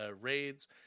raids